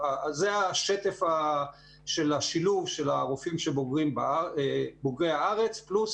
זה השטף של השילוב של הרופאים בוגרי הארץ פלוס